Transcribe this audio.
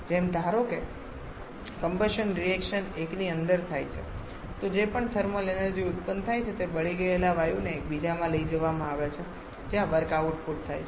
જેમ ધારો કે કમ્બશન રિએક્શન એકની અંદર થાય છે તો જે પણ થર્મલ એનર્જી ઉત્પન્ન થાય છે તે બળી ગયેલા વાયુને બીજામાં લઈ જવામાં આવે છે જ્યાં વર્ક આઉટપુટ થાય છે